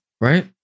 Right